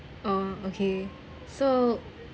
oh okay so